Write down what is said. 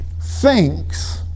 thinks